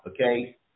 okay